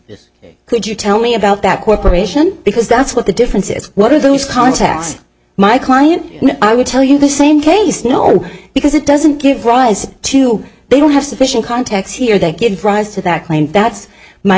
is could you tell me about that corporation because that's what the difference is one of those contacts my client i would tell you the same case no because it doesn't give rise to they don't have sufficient contacts here they kids rise to that point that's my